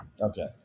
okay